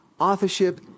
authorship